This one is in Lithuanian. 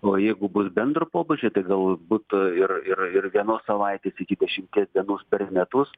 o jeigu bus bendro pobūdžio tai galbūt ir ir ir vienos savaitės iki dešimties dienų per metus